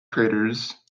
craters